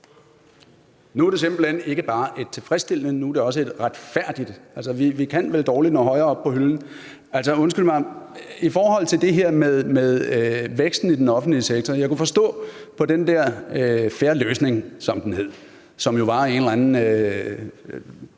Nu er det simpelt hen ikke bare et tilfredsstillende svar, nu er det også et retfærdigt svar. Vi kan vel dårlig nok nå højere op på hylden. Undskyld mig, men i forhold til det her med væksten i den offentlige sektor vil jeg sige, at jeg kunne forstå på den der »En Fair Løsning«, som den hed, og som var en eller anden